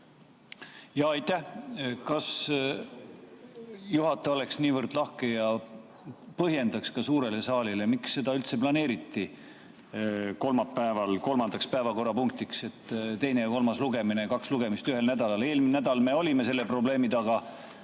Aitäh! Kas juhataja oleks nii lahke ja põhjendaks ka suurele saalile, miks seda üldse planeeriti kolmapäeval kolmandaks päevakorrapunktiks nii, et teine ja kolmas lugemine, kaks lugemist on ühel nädalal? Eelmine nädal me olime selle probleemi taga,